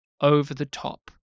over-the-top